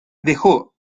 dejó